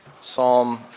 Psalm